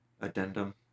addendum